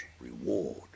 reward